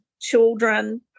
children